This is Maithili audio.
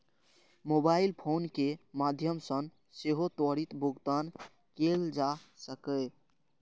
मोबाइल फोन के माध्यम सं सेहो त्वरित भुगतान सेवा कैल जा सकैए